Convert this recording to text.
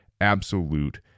absolute